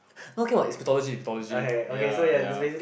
okay what is pathology pathology ya ya